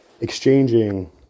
exchanging